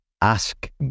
Ask